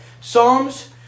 Psalms